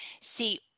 see